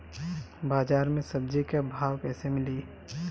बाजार मे सब्जी क भाव कैसे मिली?